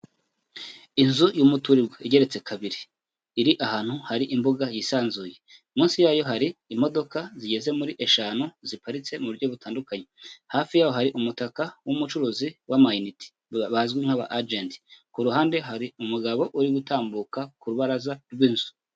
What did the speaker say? Inzu y'umuturirwa igeretse kabiri, iri ahantu hari imbuga hisanzuye, munsi yayo hari imodoka zigeze muri eshanu ziparitse mu buryo butandukanye, hafi yaho hari umutaka w'umucuruzi w'amayinite bazwi nk'aba ajenti ku ruhande hari umugabo uri gutambuka ku rubaraza rw'inzu.